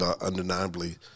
undeniably